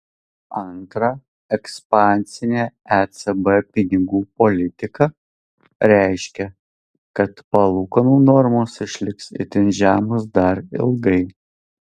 antra ekspansinė ecb pinigų politika reiškia kad palūkanų normos išliks itin žemos dar ilgai